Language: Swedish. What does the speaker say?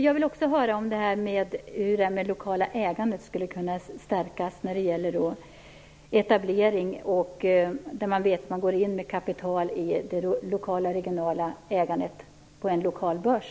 Jag vill också veta hur det lokala ägandet skulle kunna stärkas när det gäller etablering och att man går in med kapital i det lokala, regionala ägandet på en lokal börs.